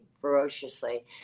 ferociously